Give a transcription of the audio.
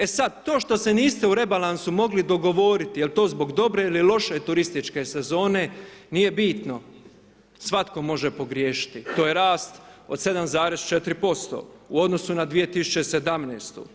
E sada to što se niste u rebalansu mogli dogovoriti, jel to zbog dobre ili loše turističke sezone, nije bitno, svatko može pogriješiti, to je rast od 7,4% u odnosu na 2017.